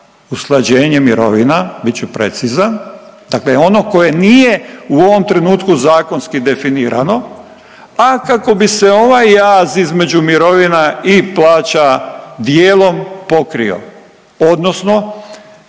usklađenje mirovina, bit ću precizan, dakle ono koje nije u ovom trenutku zakonski definirao, a kako bi se ovaj jaz između mirovina i plaća dijelom pokrio odnosno,